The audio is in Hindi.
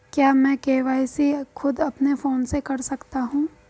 क्या मैं के.वाई.सी खुद अपने फोन से कर सकता हूँ?